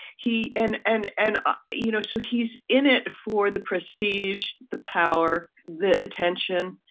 he and and, and ah you know, so he's in it for the prestige, the power, the attention,